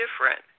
different